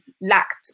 lacked